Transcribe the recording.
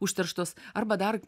užterštos arba dar